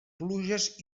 pluges